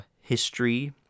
history